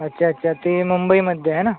अच्छा अच्छा ते मुंबईमध्ये आहे ना